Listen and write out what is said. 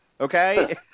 Okay